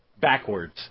backwards